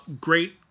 Great